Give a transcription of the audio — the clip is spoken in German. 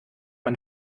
man